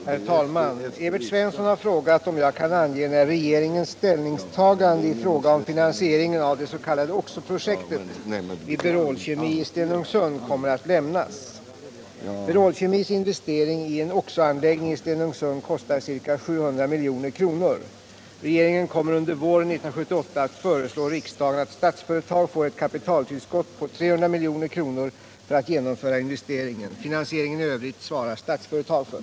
Herr talman! Evert Svensson har frågat om jag kan ange när regeringens ställningstagande i fråga om finansieringen av det s.k. oxo-projektet vid Berol Kemi i Stenungsund kommer att lämnas. Berol Kemis investering i en oxo-anläggning i Stenungsund kostar ca 700 milj.kr. Regeringen kommer under våren 1978 att föreslå riksdagen att Statsföretag får ett kapitaltillskott på 300 milj.kr. för att genomföra investeringen. Finansieringen i övrigt svarar Statsföretag för.